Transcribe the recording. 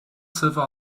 silver